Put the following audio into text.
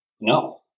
no